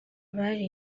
bari